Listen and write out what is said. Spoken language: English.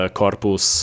corpus